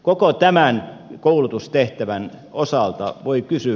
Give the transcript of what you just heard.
koko tämän koulutustehtävän osalta voi kysyä